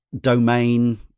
domain